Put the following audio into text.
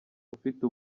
ufite